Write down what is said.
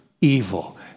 evil